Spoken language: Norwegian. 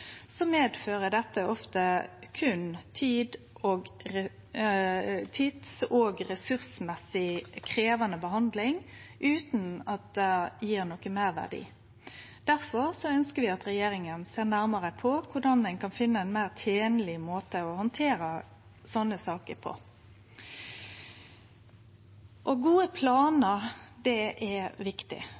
ofte berre medfører tids- og ressursmessig krevjande behandling utan at det gjev nokon meirverdi. Difor ønskjer vi at regjeringa ser nærmare på korleis ein kan finne ein meir tenleg måte å handtere sånne saker på. Gode planar er viktig.